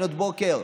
לפנות בוקר,